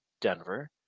Denver